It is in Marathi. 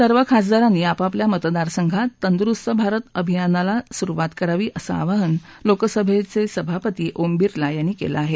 सर्व खासदारांनी आपापल्या मतदार संघात तंदुरुस्त भारत अभियनाला सुरुवात करावी असं आवाहन लोकसभेचे सभापती ओम बिर्ला यांनी केलं आहे